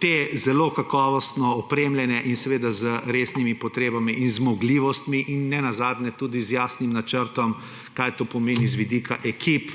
te zelo kakovostno opremljene in seveda z resnimi potrebami in zmogljivostmi in nenazadnje tudi z jasnim načrtom, kaj to pomeni z vidika ekip,